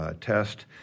test